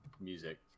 music